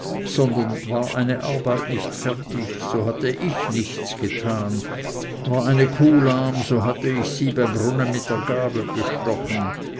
sondern war eine arbeit nicht fertig so hatte ich nichts getan war eine kuh lahm so hatte ich sie beim brunnen mit der gabel gestochen